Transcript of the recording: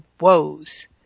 woes